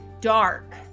dark